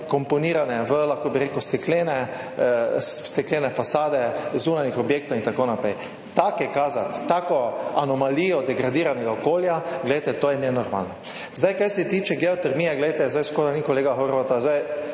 vkomponirane v, lahko bi rekel, steklene fasade zunanjih objektov in tako naprej. Take kazati, tako anomalijo degradiranega okolja, glejte, to je nenormalno. Kar se tiče geotermije, zdaj škoda, da ni kolega Horvata,